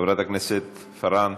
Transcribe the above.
חברת הכנסת פארן,